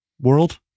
world